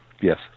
Yes